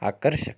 आकर्षक